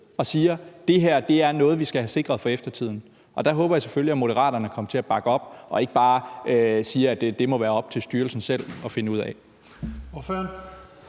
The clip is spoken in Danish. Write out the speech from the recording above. og siger: Det her er noget, vi skal have sikret for eftertiden. Og der håber jeg selvfølgelig, at Moderaterne kommer til at bakke op og ikke bare siger, at det må være op til styrelsen selv at finde ud af.